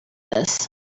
this